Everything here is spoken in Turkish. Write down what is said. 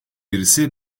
birisi